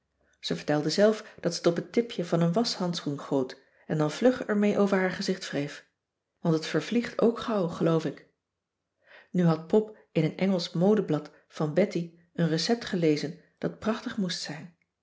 ze vertelde zelf dat ze het op het tipje van een waschhandschoen goot en dan vlug ermee over haar gezicht wreef want het vervliegt ook gauw geloof ik nu had pop in een engelsch modeblad van betty een recept gelezen dat prachtig moest zijn